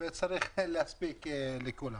וצריך להספיק להגיע לכל הישיבות.